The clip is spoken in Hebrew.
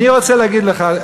אני רוצה להגיד לך,